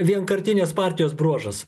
vienkartinės partijos bruožas